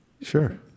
Sure